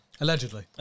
Allegedly